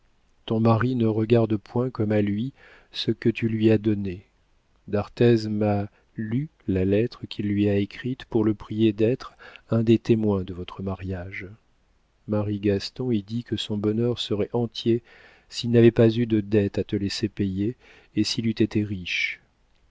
ton mari ne regarde point comme à lui ce que tu lui as donné d'arthez m'a lu la lettre qu'il lui a écrite pour le prier d'être un des témoins de votre mariage marie gaston y dit que son bonheur serait entier s'il n'avait pas eu de dettes à te laisser payer et s'il eût été riche